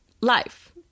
life